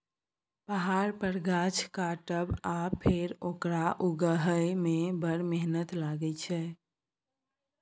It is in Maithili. पहाड़ पर गाछ काटब आ फेर ओकरा उगहय मे बड़ मेहनत लागय छै